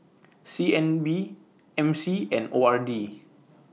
C N B M C and O R D